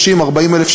30,000,